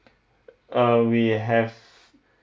uh we have